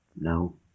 No